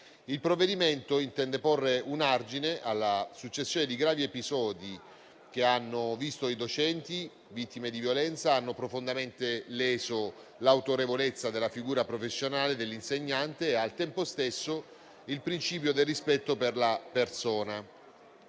Il provvedimento intende porre un argine alla successione di gravi episodi che hanno visto docenti vittime di violenza, hanno profondamente leso l'autorevolezza della figura professionale dell'insegnante e, al tempo stesso, il principio del rispetto per la persona.